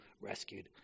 rescued